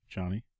Johnny